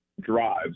drives